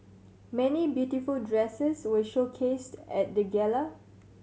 many beautiful dresses were showcased at the gala